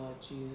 Jesus